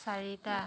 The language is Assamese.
চাৰিটা